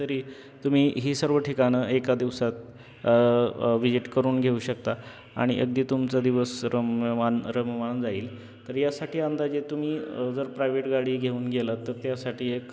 तरी तुम्ही ही सर्व ठिकाणं एका दिवसात व्हिजिट करून घेऊ शकता आणि अगदी तुमचा दिवस रम्यमान रममाण जाईल तर यासाठी अंदाजे तुम्ही जर प्रायव्हेट गाडी घेऊन गेलात तर त्यासाठी एक